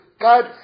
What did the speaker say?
God